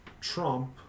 Trump